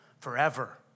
forever